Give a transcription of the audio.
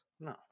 No